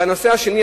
והנושא השני,